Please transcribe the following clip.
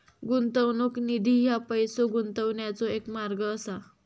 गुंतवणूक निधी ह्या पैसो गुंतवण्याचो एक मार्ग असा